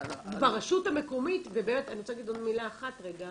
ברשות המקומית, אני רוצה להגיד עוד מילה אחת רגע